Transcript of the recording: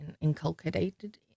inculcated